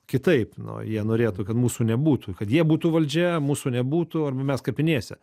kitaip nu jie norėtų kad mūsų nebūtų kad jie būtų valdžia mūsų nebūtų arba mes kapinėse